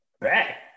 Back